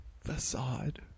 Facade